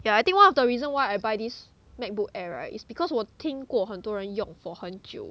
yeah I think one of the reason why I buy this macbook air right is because 我听过很多人用 for 很久